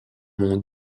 mont